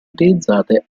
utilizzate